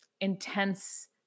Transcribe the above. intense